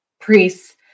priests